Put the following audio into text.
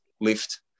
lift